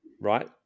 right